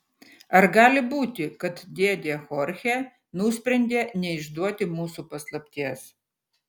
ar gali būti kad dėdė chorchė nusprendė neišduoti mūsų paslapties